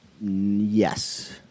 Yes